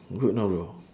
good know bro